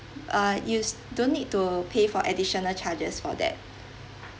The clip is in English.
uh you don't need to pay for additional charges for that